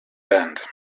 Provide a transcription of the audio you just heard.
band